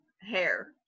hair